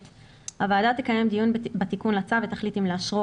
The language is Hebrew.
הוועדה תקיים דיון בתיקון לצו ותחליט אם לאשרו,